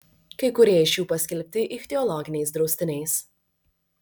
kai kurie iš jų paskelbti ichtiologiniais draustiniais